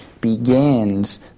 begins